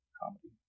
comedy